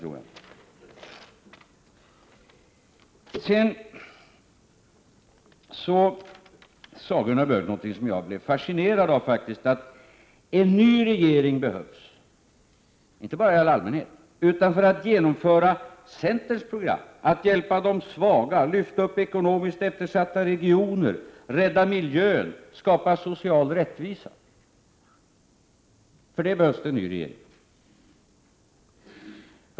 Gunnar Björk sade någonting som jag faktiskt blev fascinerad av, nämligen att en ny regering behövs inte bara i all allmänhet, utan även för att genomföra centerns program för att hjälpa de svaga, lyfta upp ekonomiskt eftersatta regioner, rädda miljön och skapa social rättvisa.